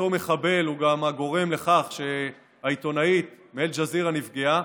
אותו מחבל הוא גם הגורם לכך שהעיתונאית מאל-ג'זירה נפגעה.